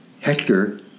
Hector